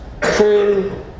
true